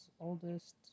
oldest